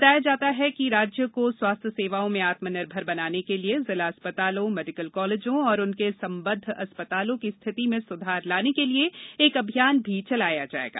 बताया जाता है कि राज्य को स्वास्थ्य सेवाओं में आत्मनिर्भर बनाने के लिए जिला अस्पतालों मेडिकल कॉलेजों और उनके संबद्व अस्पतालों की स्थिति में सुधार लाने के लिए एक अभियान भी चलाया जाएगा